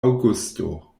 aŭgusto